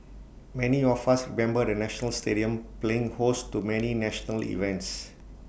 many of us remember the national stadium playing host to many national events